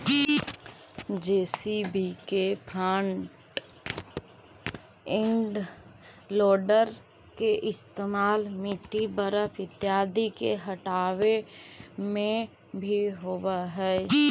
JCB के front end loader के इस्तेमाल मिट्टी, बर्फ इत्यादि के हँटावे में भी होवऽ हई